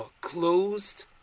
closed